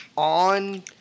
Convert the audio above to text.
on